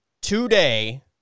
today